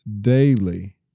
daily